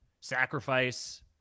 sacrifice